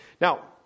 Now